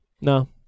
No